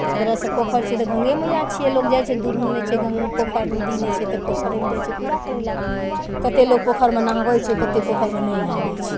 तऽ एक तरह सँ पोखरि छै तऽ गंगे मैयाके छियै लोग जाइ है दूर मे नहि छै पोखरि नदी नहि छै तऽ पोखरेमे जाइ छै पूजा करैलए कते लोक पोखरिमे नहबै छै कते पोखरिमे नहि नहबै छै